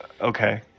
Okay